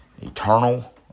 eternal